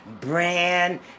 brand